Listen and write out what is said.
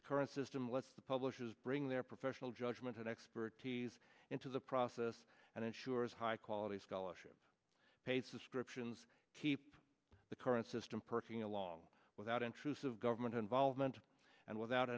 the current system lets the publishers bring their professional judgment and expertise into the process and ensures high quality scholarship pays descriptions keep the current system perking along without intrusive government involvement and without